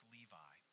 Levi